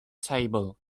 table